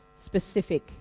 specific